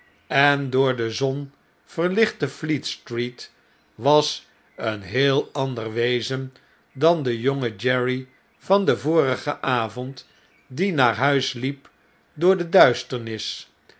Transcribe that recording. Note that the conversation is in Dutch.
en door de zon verlichte fleet-street was een heel ander wezen dan de jonge jerry van den vorigen avond die naar huis liep door de duisternis